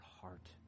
heart